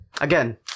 again